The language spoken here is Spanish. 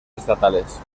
estatales